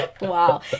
Wow